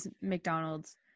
McDonald's